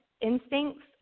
instincts